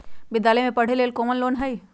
विद्यालय में पढ़े लेल कौनो लोन हई?